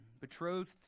betrothed